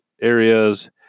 areas